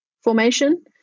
formation